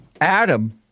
Adam